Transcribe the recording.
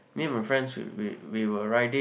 me and my friends we we we were riding